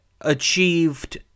achieved